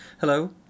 Hello